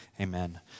amen